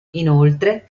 inoltre